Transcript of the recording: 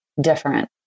different